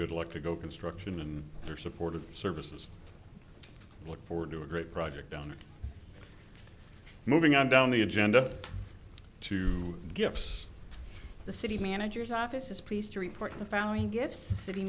good luck to go construction and your support of services look forward to a great project on moving on down the agenda to gifts the city manager's office is pleased to report the following gifts city